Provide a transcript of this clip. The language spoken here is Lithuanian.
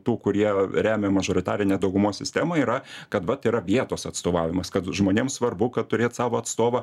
tų kurie remia mažoritarinę daugumos sistemą yra kad yra vietos atstovavimas kad žmonėms svarbu kad turėt savo atstovą